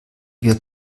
wir